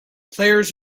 players